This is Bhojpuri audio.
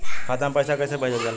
खाता में पैसा कैसे भेजल जाला?